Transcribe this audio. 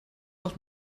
doch